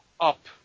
up